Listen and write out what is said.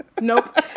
nope